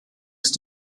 ist